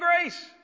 grace